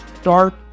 start